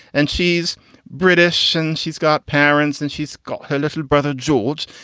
and she's british and she's got parents and she's got her little brother, george.